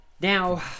Now